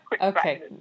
Okay